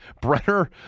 Brenner